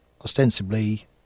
ostensibly